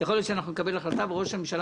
יכול להיות שאנחנו נקבל החלטה וראש הממשלה